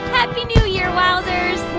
happy new year, wowzers